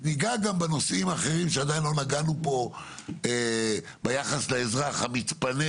ניגע גם בנושאים האחרים שעדיין לא נגענו פה ביחס לאזרח המתפנה